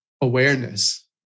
awareness